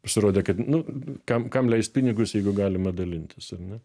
pasirodė kad nu kam kam leist pinigus jeigu galima dalintis ar ne